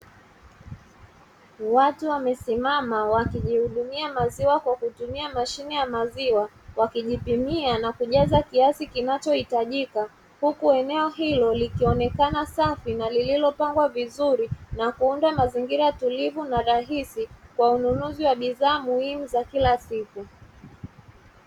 Watu wamesimama wakijihudumia maziwa kwa kutumia mashine ya maziwa, wakijipimia na kujaza kiasi kinachohitajika, huku eneo hilo likionekana safi na lililopangwa vizuri na kuunda mazingira tulivu na rahisi kwa ununuzi wa bidhaa muhimu za kila siku.